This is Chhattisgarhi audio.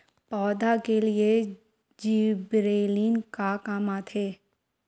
पौधा के लिए जिबरेलीन का काम आथे?